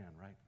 right